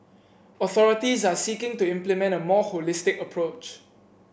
authorities are seeking to implement a more holistic approach